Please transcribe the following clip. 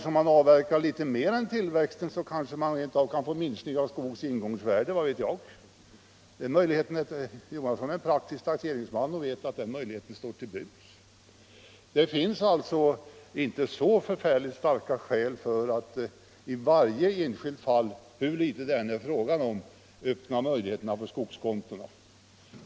Om man avverkar litet mer än tillväxten, kanske man rentav kan få en minskning av skogens ingångsvärde — herr Jonasson som praktiskt sysslar med taxeringar vet att den möjligheten står till buds. Det finns alltså inte så starka skäl att i varje enskilt fall, hur litet det än är fråga om, öppna möjligheterna för insättning på skogskonto.